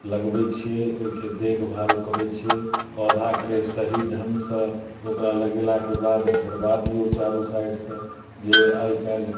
लगबैत छियै ओहिके देखभाल करैत छियै पौधाके सही ढंगसँ ओकरा लगेलाके बाद घेरबा दियौ चारू साइडसँ जे आइकाल्हि